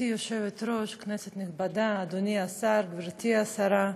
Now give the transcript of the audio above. היושבת-ראש, כנסת נכבדה, אדוני השר, גברתי השרה,